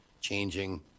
changing